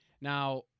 Now